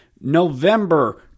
November